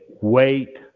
Wait